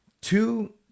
two